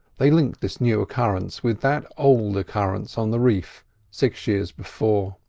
they linked this new occurrence with that old occurrence on the reef six years before.